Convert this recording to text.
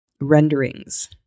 renderings